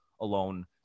alone